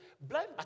blind